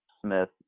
Smith